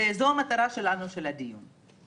זאת המטרה של הדיון שלנו,